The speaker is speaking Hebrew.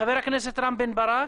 חבר הכנסת רם בן ברק.